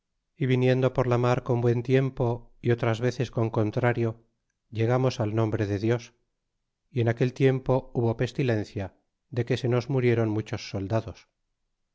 y viniendo por la mar con buen tiempo y otras veces con contrario llegamos al nombre de dios y en aquel tiempo hubo pestilencia de que se nos murieron muchos soldados